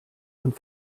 und